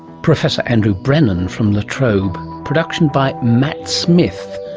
professor andrew brennan from la trobe. production by matt smith.